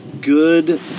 good